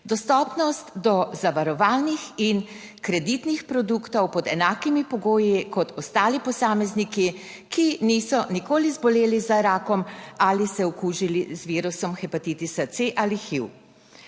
dostopnost do zavarovalnih in kreditnih produktov pod enakimi pogoji kot ostali posamezniki, ki niso nikoli zboleli za rakom ali se okužili z virusom hepatitisa C ali HIV.